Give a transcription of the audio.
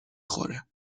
خوره